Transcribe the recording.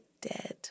dead